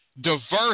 diverse